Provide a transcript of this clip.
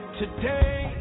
today